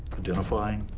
identifying,